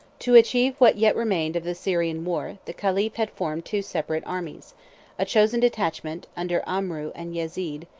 to achieve what yet remained of the syrian war the caliph had formed two separate armies a chosen detachment, under amrou and yezid,